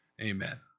Amen